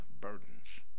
burdens